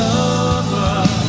over